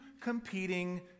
competing